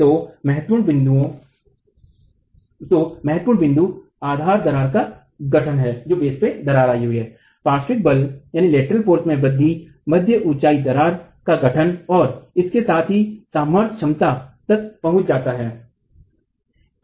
तो महत्वपूर्ण बिंदु आधार दरार का गठन है पार्श्विक बल में वृद्धि मध्य ऊंचाई दरार का गठन और इसके साथ ही सामर्थ्य क्षमता तक पहुंच जाता है